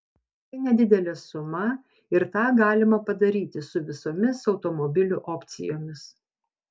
tai nedidelė suma ir tą galima padaryti su visomis automobilių opcijomis